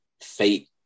fate